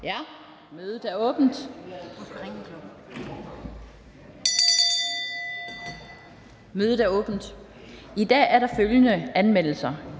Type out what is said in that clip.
(Annette Lind): Mødet er åbnet. I dag er der følgende anmeldelser: